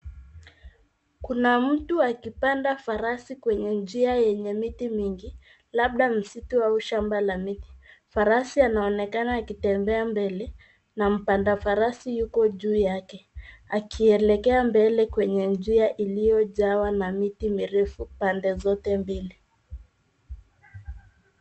Kuna mtu akipanda farasi kwenye njia yenye miti mingi labda misitu au shamba la miti. Farasi anaonekana akitembea mbele na mpanda farasi yuko juu yake akielekea mbele kwenye njia iliyojawa na miti mirefu pande zote mbili.